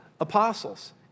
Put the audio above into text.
apostles